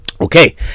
Okay